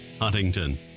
Huntington